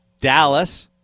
Dallas